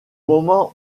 moment